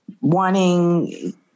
wanting